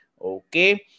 Okay